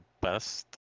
best